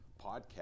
podcast